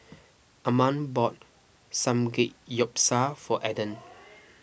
Amma bought Samgeyopsal for Eden